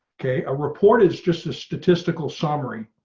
okay. a report is just a statistical summary.